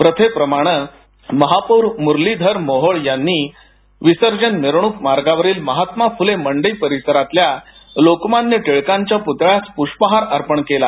प्रथेप्रमाणं महापौर मुरलीधर मोहोळ यांनी विसर्जन मिरवणुक मार्गावरील महात्मा फुले मंडई परिसरातील लोकमान्य टिळकांच्या पृतळ्यास पृष्पहार अर्पण केला